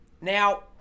Now